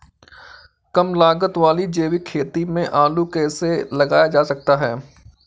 कम लागत वाली जैविक खेती में आलू कैसे लगाया जा सकता है?